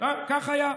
כך היה.